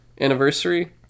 anniversary